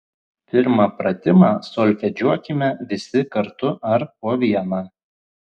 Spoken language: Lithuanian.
pirmą pratimą solfedžiuokime visi kartu ar po vieną